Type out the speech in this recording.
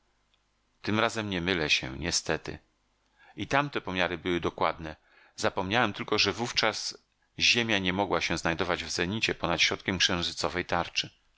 tym razem nie mylę się niestety i tamte pomiary były dokładne zapomniałem tylko że wówczas ziemia nie mogła się znajdować w zenicie ponad środkiem księżycowej tarczy